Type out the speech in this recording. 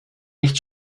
nicht